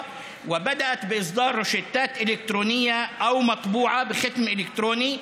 והתחילו להנפיק מרשמים אלקטרוניים או מרשמים המודפסים בחתימה אלקטרונית,